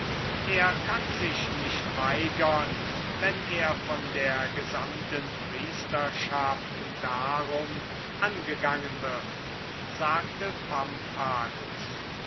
er kann sich nicht weigern wenn er von dem collegio der priester darum angegangen wird sagte